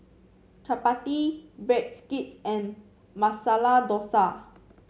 Chapati Breadsticks and Masala Dosa